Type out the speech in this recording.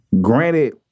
Granted